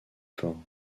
fort